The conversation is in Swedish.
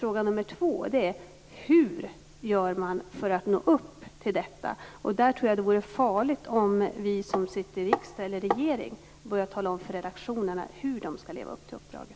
Fråga nummer två är hur man gör för att nå upp till detta. Där tror jag att det vore farligt om vi som sitter i riksdag eller regering började tala om för redaktionerna hur de skall leva upp till uppdraget.